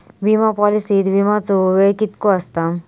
विमा पॉलिसीत विमाचो वेळ कीतको आसता?